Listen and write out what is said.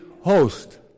host